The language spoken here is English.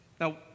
Now